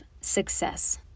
Success